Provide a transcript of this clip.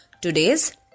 today's